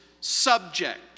subject